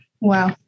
Wow